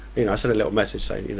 you know i sent a little message saying